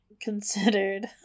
considered